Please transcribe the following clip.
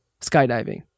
skydiving